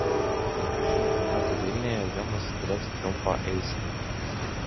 po penkių šimtų metų vilniuje ir vėl nusidrieks triumfo eisena